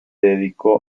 dedicó